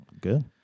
Good